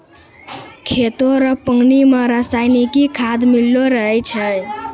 खेतो रो पानी मे रसायनिकी खाद मिल्लो रहै छै